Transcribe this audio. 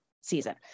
season